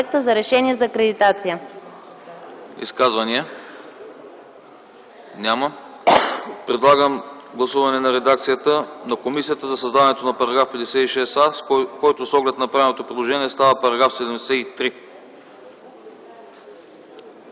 за решение за акредитация.”